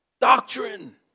Doctrine